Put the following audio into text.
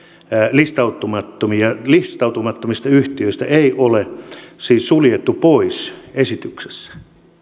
listautumattomia listautumattomia yhtiöitä ei ole siis suljettu pois esityksessä